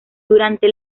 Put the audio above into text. durante